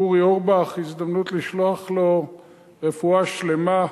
אורי אורבך, הזדמנות לשלוח לו רפואה שלמה,